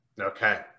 Okay